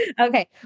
Okay